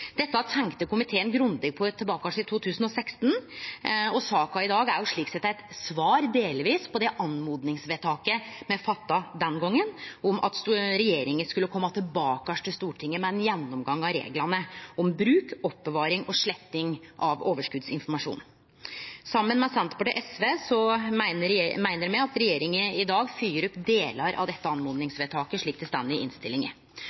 Dette tenkte komiteen grundig på tilbake i 2016, og saka i dag er slik sett delvis eit svar på det oppmodingsvedtaket som me gjorde den gongen, om at regjeringa skulle kome tilbake til Stortinget med ein gjennomgang av reglane om bruk, oppbevaring og sletting av overskotsinformasjon. Saman med Senterpartiet og SV meiner me at regjeringa i dag følgjer opp delar av dette oppmodingsvedtaket, slik det står i innstillinga,